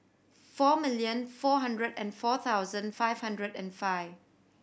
four million four hundred and four thousand five hundred and five